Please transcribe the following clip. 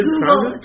Google